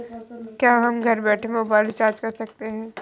क्या हम घर बैठे मोबाइल रिचार्ज कर सकते हैं?